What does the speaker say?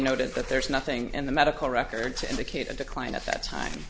noted that there is nothing in the medical record to indicate a decline at that time